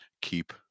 keep